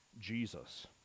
Jesus